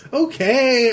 okay